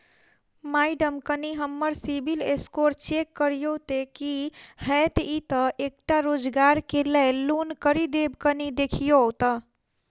Madam कनि हम्मर CIBIL score check करियो तेँ ठीक हएत ई तऽ एकटा रोजगार केँ लैल लोन करि देब कनि देखीओत?